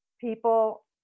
people